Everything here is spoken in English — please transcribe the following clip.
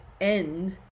end